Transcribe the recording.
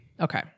Okay